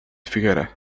figuera